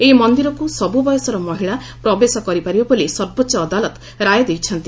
ଏହି ମନ୍ଦିରକୁ ସବୁ ବୟସର ମହିଳା ପ୍ରବେଶ କରିପାରିବେ ବୋଲି ସର୍ବୋଚ୍ଚ ଅଦାଲତ ରାୟ ଦେଇଛନ୍ତି